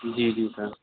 جی جی سر